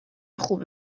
خوبی